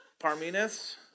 Parmenas